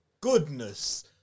goodness